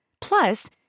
Plus